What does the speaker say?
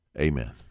Amen